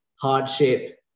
hardship